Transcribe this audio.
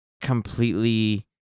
completely